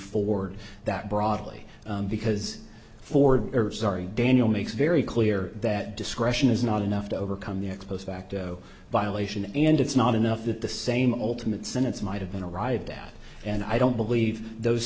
ford that broadly because ford sorry daniel makes very clear that discretion is not enough to overcome the ex post facto violation and it's not enough that the same alternate sentence might have been arrived at and i don't believe those